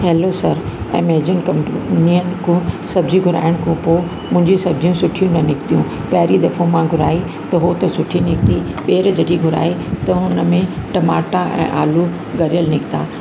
hello sir Amazon कंपनीअन खां सब्जी घुराइण खां पोइ मुंहिंजी सब्जियूं सिठियूं न निकितियूं पहिरीं दफ़ो मां घुराई त उहो त सुठी निकिती ॿीहर जॾहिं घुराई त हुन में टमाटा ऐं आलू गरियल निकिता